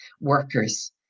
workers